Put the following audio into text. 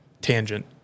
Tangent